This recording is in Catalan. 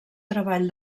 treball